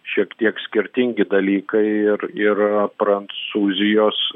šiek tiek skirtingi dalykai ir ir prancūzijos